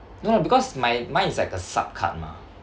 no lah because my mine is like a supp card mah